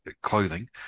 clothing